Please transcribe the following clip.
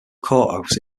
courthouse